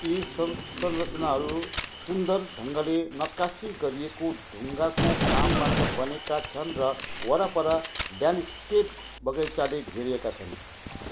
यी सं संरचनाहरू सुन्दर ढङ्गले नक्कासी गरिएको ढुङ्गाको कामबाट बनेका छन् र वरपर ल्यान्डस्केप बगैंँचाले घेरिएका छन्